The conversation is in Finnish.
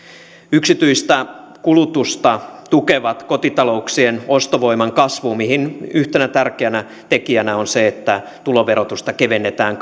yksityistä kulutusta tukee kotitalouksien ostovoiman kasvu missä yhtenä tärkeänä tekijänä on se että tuloverotusta kevennetään